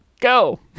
Go